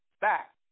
Back